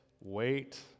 wait